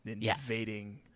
invading